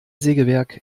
sägewerk